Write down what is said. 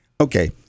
Okay